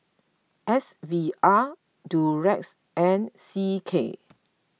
S V R Durex and C K